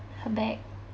her back